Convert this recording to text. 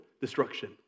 destruction